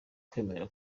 kwemera